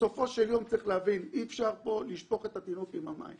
בסופו של יום צריך להבין שאי אפשר לשפוך את התינוק עם המים.